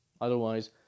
Otherwise